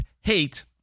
hate